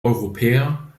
europäer